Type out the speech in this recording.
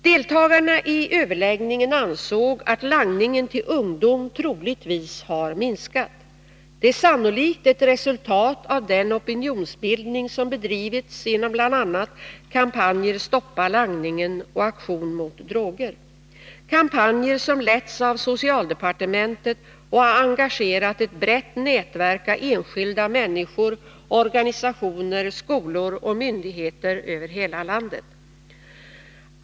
Deltagarna i överläggningen ansåg att langningen till ungdom troligtvis har minskat. Det är sannolikt ett resultat av den opinionsbildning som bedrivits genom bl.a. kampanjerna ”Stoppa langningen” och ”Aktion mot droger” — kampanjer som letts av socialdepartementet och som har engagerat ett brett nätverk av enskilda människor, organisationer, skolor och myndigheter över hela landet.